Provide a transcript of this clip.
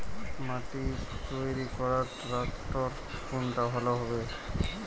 মাটি তৈরি করার ট্রাক্টর কোনটা ভালো হবে?